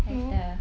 have the